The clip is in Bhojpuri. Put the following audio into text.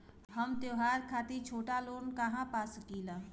हम त्योहार खातिर छोटा लोन कहा पा सकिला?